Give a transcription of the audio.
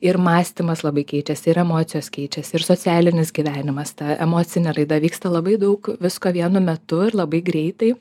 ir mąstymas labai keičiasi ir emocijos keičiasi ir socialinis gyvenimas ta emocinė raida vyksta labai daug visko vienu metu ir labai greitai